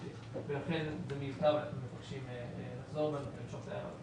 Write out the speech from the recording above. לכן מבקשים לחזור בנו ולמשוך את ההערה הזאת.